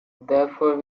therefore